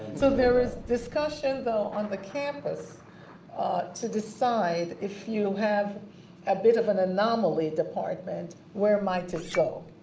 so there is discussion though on the campus to decide if you have a bit of an anomaly department where might it go,